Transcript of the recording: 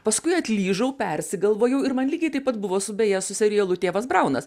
paskui atlyžau persigalvojau ir man lygiai taip pat buvo su beje su serialu tėvas braunas